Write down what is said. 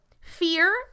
fear